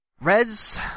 Reds